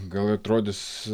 gal atrodys